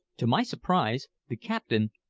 to my surprise, the captain,